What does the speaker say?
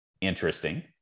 interesting